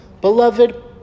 Beloved